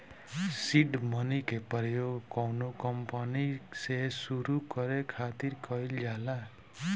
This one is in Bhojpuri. सीड मनी के प्रयोग कौनो कंपनी के सुरु करे खातिर कईल जाला